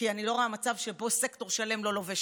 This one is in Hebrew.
כי אני לא רואה מצב שבו סקטור שלם לא לובש